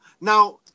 Now